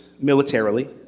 militarily